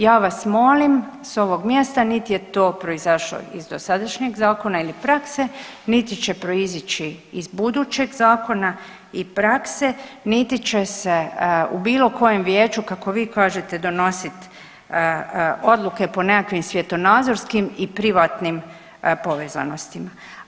Ja vas molim s ovog mjesta niti je to proizašlo iz dosadašnjeg zakona ili prakse, niti će proizići iz budućeg zakona i prakse, niti će se u bilo kojem vijeću kako vi kažete donosit odluke po nekakvim svjetonazorskim i privatnim povezanostima.